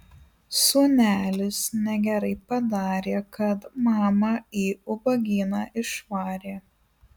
sūnelis negerai padarė kad mamą į ubagyną išvarė